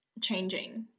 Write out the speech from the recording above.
changing